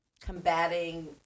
combating